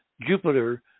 Jupiter